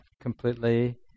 completely